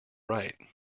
right